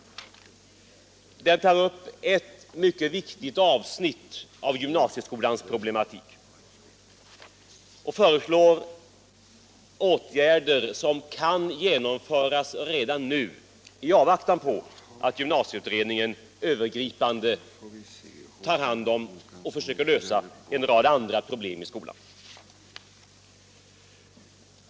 I reservationen, som tar upp ett mycket viktigt avsnitt av gymnasieskolans problematik, föreslås åtgärder som kan genomföras redan nu i avvaktan på att gymnasieutredningen på ett övergripande sätt försöker lösa andra problem i skolan.